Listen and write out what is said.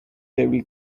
table